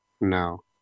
No